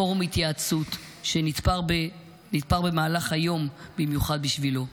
פורום התייעצות שנתפר במהלך היום במיוחד בשבילו.